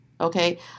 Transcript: okay